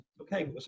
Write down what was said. okay